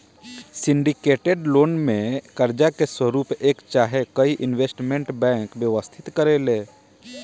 syndicated loan में कर्जा के स्वरूप एक चाहे कई इन्वेस्टमेंट बैंक व्यवस्थित करेले